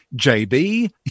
JB